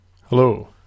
Hello